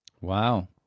wow